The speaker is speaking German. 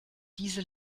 diese